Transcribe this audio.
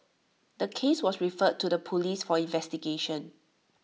the case was referred to the Police for investigation